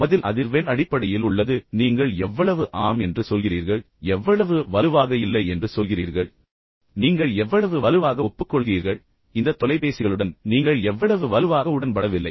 பதில் உண்மையில் அதிர்வெண் அடிப்படையில் உள்ளது பின்னர் நீங்கள் எவ்வளவு ஆம் என்று சொல்கிறீர்கள் அல்லது எவ்வளவு வலுவாக இல்லை என்று சொல்கிறீர்கள் நீங்கள் எவ்வளவு வலுவாக ஒப்புக்கொள்கிறீர்கள் இந்த தொலைபேசிகளுடன் நீங்கள் எவ்வளவு வலுவாக உடன்படவில்லை